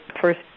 first